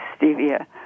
stevia